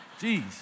Jeez